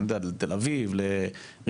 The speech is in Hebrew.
אני יודע, לתל אביב, לראשון.